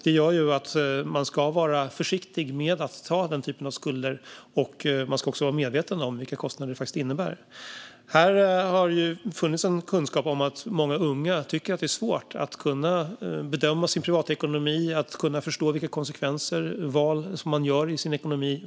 Det gör att man ska vara försiktig med att få sådana skulder. Man ska också vara medveten om vilka kostnader det faktiskt innebär. Det finns en kunskap om att många unga tycker att det är svårt att kunna bedöma sin privatekonomi och förstå vilka konsekvenser de val man gör får för ekonomin.